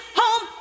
home